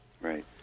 Right